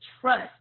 trust